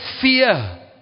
fear